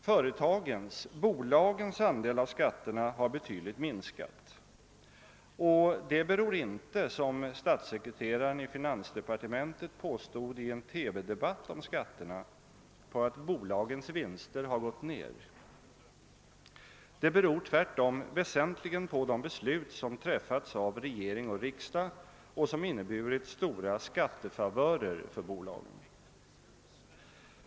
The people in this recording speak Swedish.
Företagens, bolagens, andel av skatterna har betydligt minskat och det beror inte, som statssekreteraren i finansdepartementet påstod i en TV-debatt om skatterna, på att bolagens vinster har gått ned. Det beror tvärtom väsentligen på de beslut som har träffats av regering och riksdag och som inneburit stora skattefavörer för bolagen.